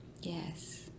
Yes